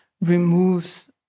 removes